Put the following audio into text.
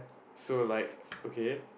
so like okay